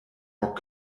bock